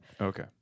Okay